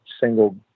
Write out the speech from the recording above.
single